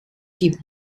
die